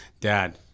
Dad